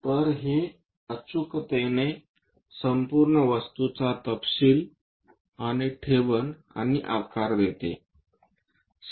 तर हे अचूकतेने संपूर्ण वस्तूचा तपशील आणि ठेवण आणि आकार देते